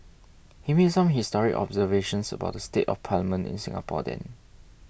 he made some historic observations about the state of parliament in Singapore then